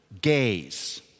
Gaze